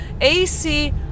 AC